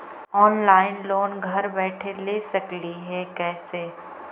Online loan घर बैठे ले सकली हे, कैसे?